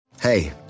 Hey